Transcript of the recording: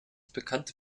bekannte